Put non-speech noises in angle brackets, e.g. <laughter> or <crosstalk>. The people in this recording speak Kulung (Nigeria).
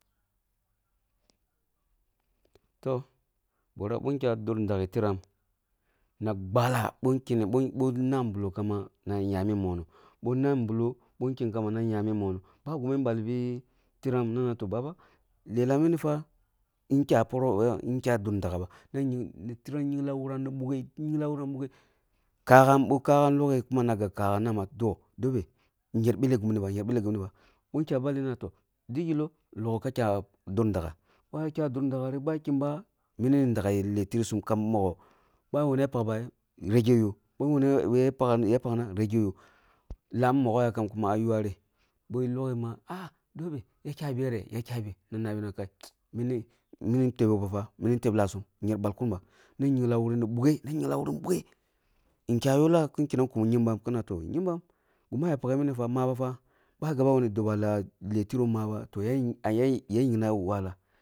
<noise> Toh, barah bi kyam dur dageh firam na ballah, bo kenneh boh nah bulloh kambana yah mi monah, boh nab bulloh bon ken kauba na yah mi monoh, ba gimi ya ballibi tiram na nah toh baba lellah kya dur dagaba na tiram nghinka wuram ni bughe mghila wuram ni bughe kaghan kaghan kuma bi loghe nī nah ma dobe nyír belleh gimmibany ir belleh gimmiba bín kya balleh na nah na toh, diyilo, logho ka kya dur dagh, boh kya dur dagari ba kyemba minī daga leh tirsum kap mogho, biwuni yab pakba, regeh yoh, bi wuni yah pakna, regeh yoh. Lam mogho yakam kuma ah iware beh logho ni nah mah yah kya bageh? Yah kyah bereh? Na nabi na kai mini mini tep yoh ba mimi ni tep lahsum yīr balkumba na yira nghīla wuri ni bughe nghungha wuri ni bughe. Kiyah yola kin kum kyemba ki na toh kyembam, gimah yah paghe mini maba fah bab gaba wuni dobalah beh firoh maba toh yīra nghim- nghimbina a mi wahala.